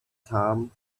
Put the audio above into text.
time